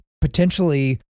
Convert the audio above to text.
potentially